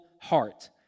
heart